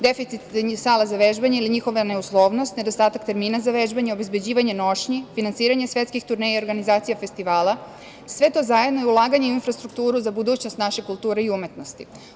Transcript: Deficit sala za vežbanje ili njihova neuslovnost, nedostatak termina za vežbanje, obezbeđivanje nošnji, finansiranje svetskih turneja i organizacija festivala, sve to zajedno je ulaganje u infrastrukturu za budućnost naše kulture i umetnosti.